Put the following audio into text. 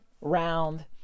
round